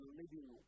living